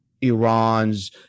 iran's